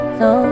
no